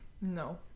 no